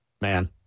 Man